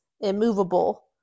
immovable